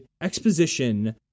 exposition